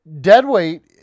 deadweight